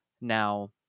Now